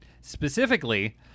Specifically